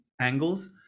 angles